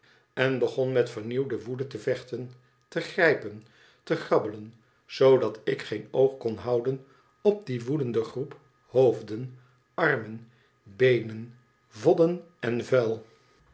en begon met vernieuwde woede te vechten te grijpen te grabbelen zoodat ik geen oog kon houden op die woelende groep hoofden armen beenen vodden en vuil